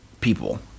people